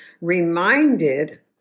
reminded